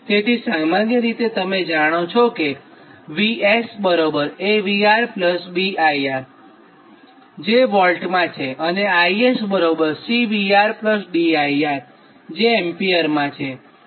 તેથી સામાન્ય રીતે તમે જાણો છો કે VS A VR B IR જે વોલ્ટમાં છે અને IS C VR D IR જે એમ્પીયરમાં છે